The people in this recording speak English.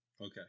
Okay